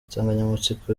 insanganyamatsiko